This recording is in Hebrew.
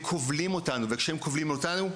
הם כובלים אותנו וכשהם כובלים אותנו,